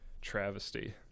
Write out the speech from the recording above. travesty